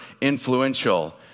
influential